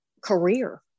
career